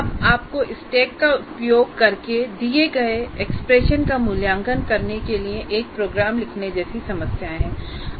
अब आपको स्टैक का उपयोग करके दिए गए एक्सप्रेशन का मूल्यांकन करने के लिए एक प्रोग्राम लिखने जैसी समस्याएं हैं